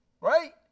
Right